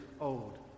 old